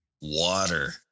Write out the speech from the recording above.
water